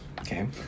Okay